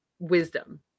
wisdom